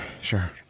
sure